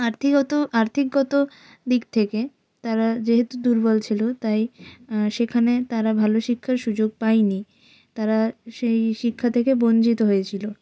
আর্থিকগত আর্থিকগত দিক থেকে তারা যেহেতু দুর্বল ছিল তাই সেখানে তারা ভালো শিক্ষার সুযোগ পায়নি তারা সেই শিক্ষা থেকে বঞ্চিত হয়েছিল